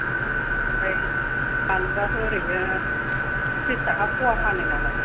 ओमफ्राय बानलुआथ' ओरैनो त्रिस थाखा पवा फानोनालाय